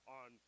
on